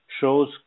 shows